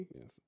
Yes